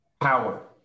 Power